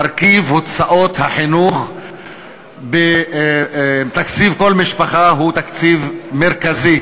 מרכיב הוצאות החינוך בתקציב כל משפחה הוא תקציב מרכזי,